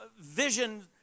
Vision